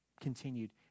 continued